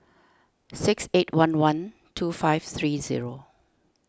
six eight one one two five three zero